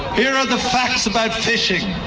here are the facts about fishing.